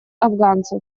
афганцев